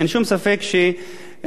אין שום ספק שהערבים,